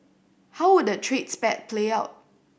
how would the trade spat play out